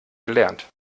gelernt